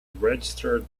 registered